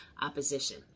opposition